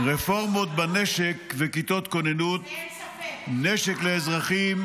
רפורמות בנשק וכיתות כוננות: נשק לאזרחים,